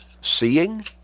seeing